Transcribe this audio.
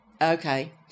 Okay